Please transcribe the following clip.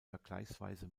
vergleichsweise